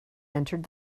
entered